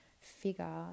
figure